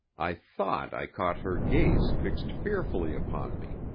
i thought i caught her gaze fixed fearfully upon me.